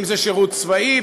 אם זה שירות צבאי,